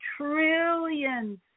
trillions